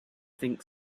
think